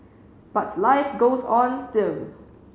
but life goes on still